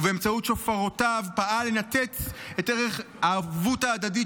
ובאמצעות שופרותיו פעל לנתץ את ערך הערבות ההדדית,